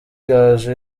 gaju